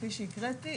כפי שהקראתי,